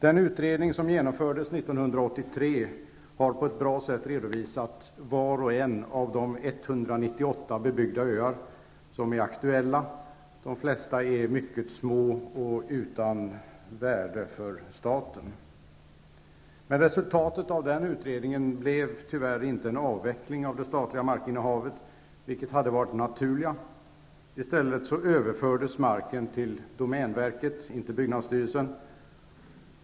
Den utredning som genomfördes 1983 har på ett bra sätt redovisat var och en av de 198 bebyggda öar som är aktuella. De flesta är mycket små och utan värde för staten. Resultatet av den utredningen blev tyvärr inte en avveckling av det statliga markinnehavet, något som hade varit det naturliga. I stället överfördes marken till domänverket -- inte till byggnadsstyrelsen.